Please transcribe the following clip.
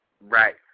Right